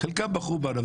חלקם בחרו בנו,